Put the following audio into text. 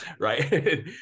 right